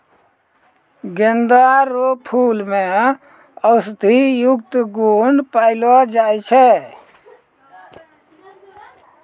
गेंदा रो फूल मे औषधियुक्त गुण पयलो जाय छै